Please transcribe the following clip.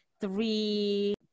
three